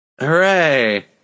Hooray